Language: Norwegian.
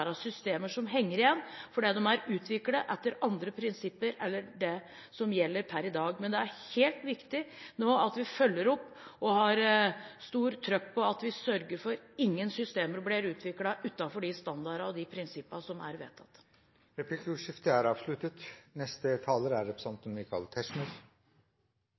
systemer som henger igjen fordi de er utviklet etter andre prinsipper enn dem som gjelder per i dag. Men det er viktig nå at vi følger opp og har stort trykk på at vi sørger for at ingen systemer blir utviklet utenfor de standarder og prinsipper som er vedtatt. Replikkordskiftet er